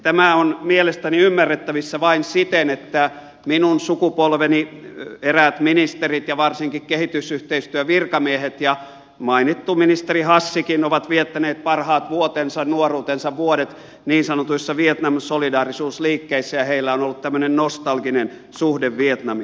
tämä on mielestäni ymmärrettävissä vain siten että minun sukupolveni eräät ministerit ja varsinkin kehitysyhteistyövirkamiehet ja mainittu ministeri hassikin ovat viettäneet parhaat vuotensa nuoruutensa vuodet niin sanotuissa vietnam solidaarisuusliikkeissä ja heillä on ollut tämmöinen nostalginen suhde vietnamiin